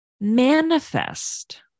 manifest